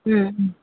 ம் ம்